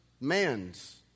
man's